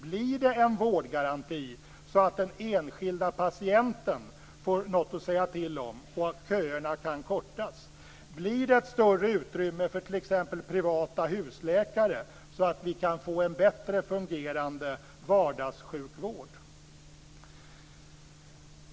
Blir det en vårdgaranti, så att den enskilda patienten får något att säga till om och så att köerna kan kortas? Blir det ett större utrymme för t.ex. privata husläkare, så att vi kan få en bättre fungerande vardagssjukvård?